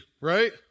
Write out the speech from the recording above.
right